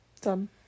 Done